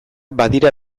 badira